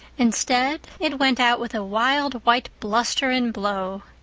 instead, it went out with a wild, white bluster and blow.